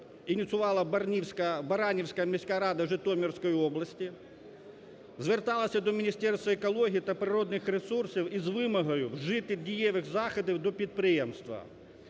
ініціювала Баранівська міська рада Житомирської області, зверталася до Міністерства екології та природних ресурсів із вимогою вжити дієвих заходів до підприємства,